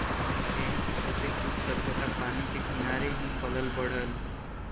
एही के चलते कुल सभ्यता पानी के किनारे ही पलल बढ़ल